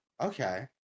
Okay